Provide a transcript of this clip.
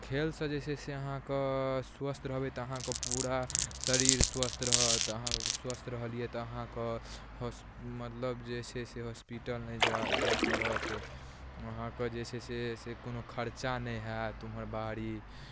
खेलसँ जे छै से अहाँके स्वस्थ रहबै तऽ अहाँके पूरा शरीर स्वस्थ रहत तऽ अहाँ स्वस्थ रहलियै तऽ अहाँके होश मतलब जे छै से हॉस्पिटल नहि जा जाइ पड़त अहाँके जे छै से से कोनो खर्चा नहि होयत उमहर बाहरी